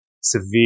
severe